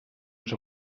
ens